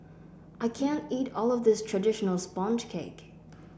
I can't eat all of this traditional sponge cake